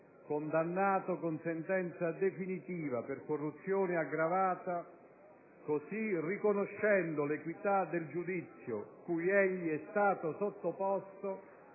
condannato con sentenza definitiva per corruzione aggravata, così riconoscendo l'equità del giudizio cui egli è stato sottoposto,